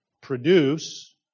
produce